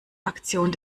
aktion